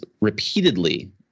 repeatedly